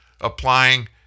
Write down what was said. applying